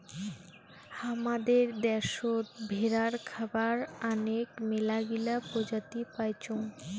হামাদের দ্যাশোত ভেড়ার খাবার আনেক মেলাগিলা প্রজাতি পাইচুঙ